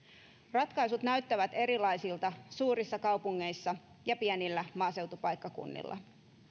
ratkaisut näyttävät erilaisilta suurissa kaupungeissa ja pienillä maaseutupaikkakunnilla